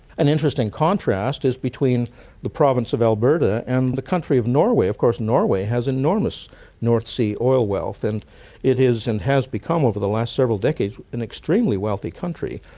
an interesting contrast is between the province of alberta and the country of norway. of course norway has enormous north sea oil wealth and it is and has become over the last several decades an extremely wealthy country,